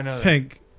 pink